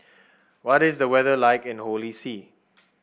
what is the weather like in Holy See